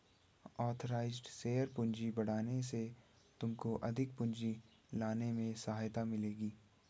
authorised share पूंजी बढ़ाने से तुमको अधिक पूंजी लाने में सहायता मिलेगी